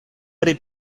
pri